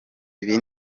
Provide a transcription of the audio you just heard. ibi